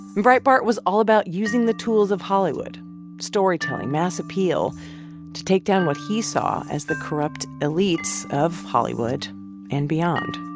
breitbart was all about using the tools of hollywood storytelling, mass appeal to take down with he saw as the corrupt elites of hollywood and beyond